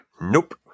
Nope